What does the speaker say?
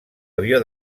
avió